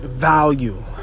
Value